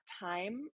time